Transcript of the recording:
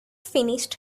finished